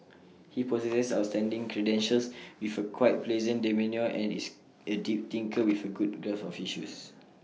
he possesses outstanding credentials with A quiet pleasant demeanour and is A deep thinker with A good grasp of issues